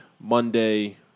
Monday